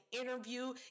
interview